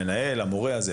המנהל, המורה וכולי.